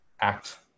act